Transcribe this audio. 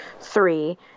three